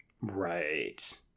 Right